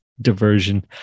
Diversion